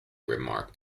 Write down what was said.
remarked